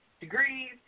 degrees